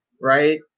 right